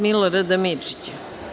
Milorada Mirčića.